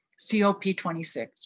COP26